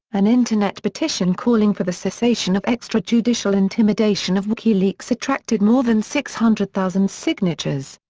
an internet petition calling for the cessation of extra-judicial intimidation of wikileaks attracted more than six hundred thousand signatures.